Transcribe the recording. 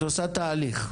את עושה תהליך.